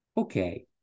Okay